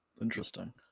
interesting